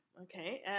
Okay